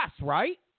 right